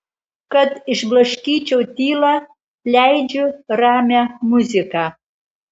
kad išblaškyčiau tylą leidžiu ramią muziką